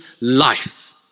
life